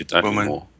woman